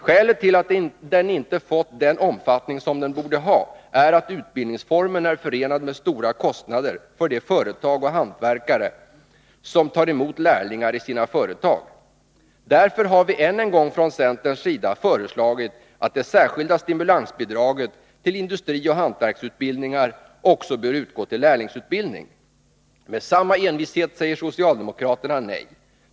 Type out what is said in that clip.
Skälet till att den inte fått den omfattning som den borde ha är att utbildningsformen är förenad med stora kostnader för de företag och hantverkare som tar emot lärlingar i sina företag. Därför har vi än en gång från centerns sida föreslagit att det särskilda stimulansbidraget till industrioch hantverksutbildningar också bör utgå till lärlingsutbildning. Med samma envishet säger socialdemokraterna nej.